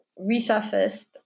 resurfaced